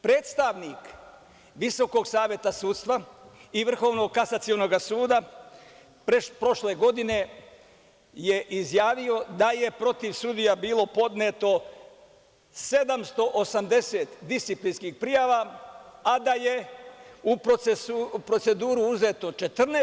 Predstavnik Visokog saveta sudstva i Vrhovnog kasacionog suda prošle godine je izjavio da je protiv sudija bilo podneto 780 disciplinskih prijava, a da je u proceduru uzeto 14.